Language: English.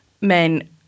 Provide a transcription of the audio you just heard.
men